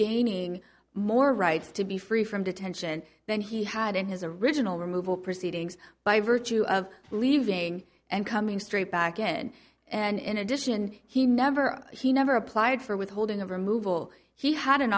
gaining more rights to be free from detention then he had in his original removal proceedings by virtue of leaving and coming straight back in and in addition he never he never applied for withholding of removal he had an